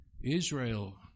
Israel